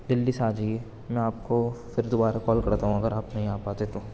دلّی سے آ جائیے میں آپ کو پھر دوبارہ کال کرتا ہوں اگر آپ نہیں آ پاتے تو